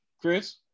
Chris